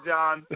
John